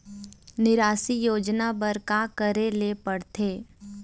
निराश्री योजना बर का का करे ले पड़ते?